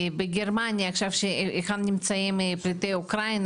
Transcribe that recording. בגרמניה היכן שעכשיו נמצאים פליטי אוקרינה,